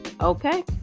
Okay